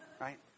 Right